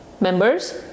members